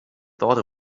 thought